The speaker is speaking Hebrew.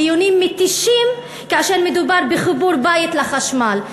דיונים מתישים כאשר מדובר בחיבור בית לחשמל.